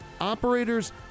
Operators